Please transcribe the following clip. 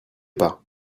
pas